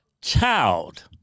child